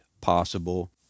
possible